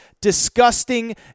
disgusting